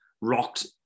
rocked